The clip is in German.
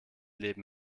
leben